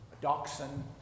dachshund